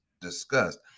discussed